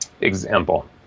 example